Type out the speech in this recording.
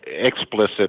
explicit